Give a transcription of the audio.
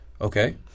Okay